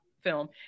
film